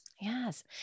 Yes